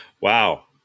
Wow